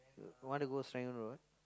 want to go Serangoon Road